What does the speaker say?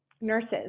nurses